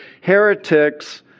heretics